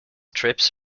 trips